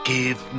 Give